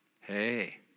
Hey